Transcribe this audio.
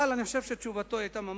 אבל אני חושב שתשובתו היתה לא